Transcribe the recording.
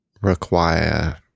require